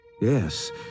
Yes